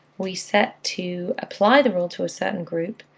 we set to apply the rule to a certain group,